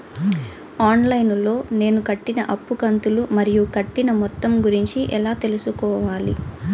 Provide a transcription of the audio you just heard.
On line లో నేను కట్టిన అప్పు కంతులు మరియు కట్టిన మొత్తం గురించి ఎలా తెలుసుకోవాలి?